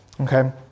Okay